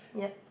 yup